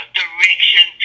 direction